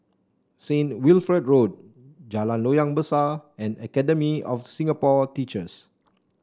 Saint Wilfred Road Jalan Loyang Besar and Academy of Singapore Teachers